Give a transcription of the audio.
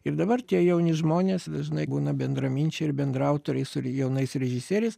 ir dabar tie jauni žmonės dažnai būna bendraminčiai ir bendraautoriai su jaunais režisieriais